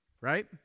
right